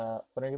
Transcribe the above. mm